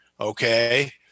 okay